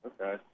Okay